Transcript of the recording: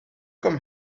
come